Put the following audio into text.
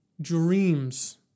dreams